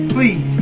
Please